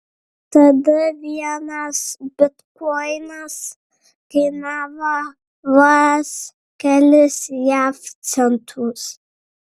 tada vienas bitkoinas kainavo vos kelis jav centus